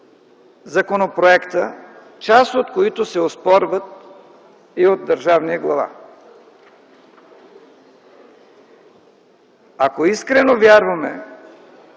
законопроекта, част от които се оспорват и от държавния глава. Ако искрено вярваме